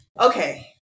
Okay